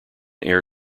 air